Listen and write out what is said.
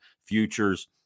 Futures